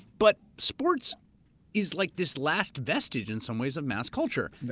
but sports is like this last vestige in some ways of mass culture.